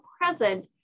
present